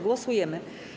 Głosujemy.